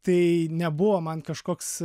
tai nebuvo man kažkoks